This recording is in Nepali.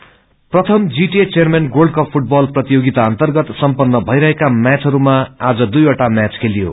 गोल्ड कप प्रथम GTA chairman gold cup football प्रतियोगि अर्न्तगत सम्पन्न भइरहेका म्याचहरूमा आज दुइवट म्याच खेलियो